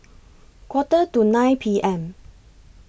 Quarter to nine P M